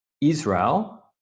Israel